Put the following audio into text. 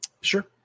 Sure